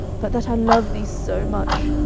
but that i love thee so much,